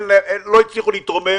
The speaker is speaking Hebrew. הם לא הצליחו להתרומם.